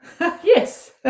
Yes